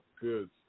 Good